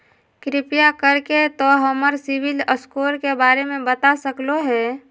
कृपया कर के तों हमर सिबिल स्कोर के बारे में बता सकलो हें?